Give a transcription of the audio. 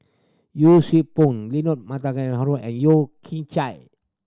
Yee Siew Pun Leonard Montague Harrod and Yeo Kian Chai